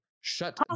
Shut